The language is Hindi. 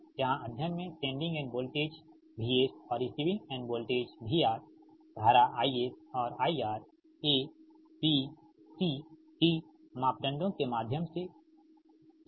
जहां अध्ययन में सेंडिंग इड वोल्टेज VS और रिसीविंग इड वोल्टेज VRधारा IS और IR A B C D मापदंडों के माध्यम से ठीक